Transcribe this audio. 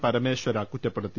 പരമേശ്വര കുറ്റപ്പെടുത്തി